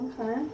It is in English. Okay